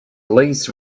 lease